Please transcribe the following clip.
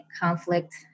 conflict